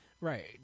Right